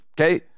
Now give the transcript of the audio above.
okay